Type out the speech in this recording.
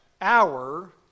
hour